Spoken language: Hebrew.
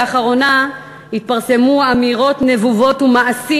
לאחרונה התפרסמו אמירות נבובות ומעשים